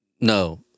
No